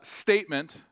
statement